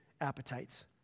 appetites